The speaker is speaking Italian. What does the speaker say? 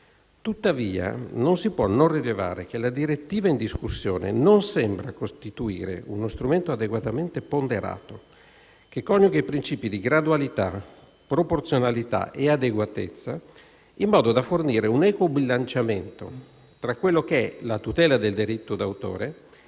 Tuttavia, non si può non rilevare che la direttiva in discussione non sembra costituire uno strumento adeguatamente ponderato che coniuga i principi di gradualità, proporzionalità e adeguatezza in modo da fornire un equo bilanciamento tra la tutela del diritto d'autore